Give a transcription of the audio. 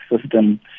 system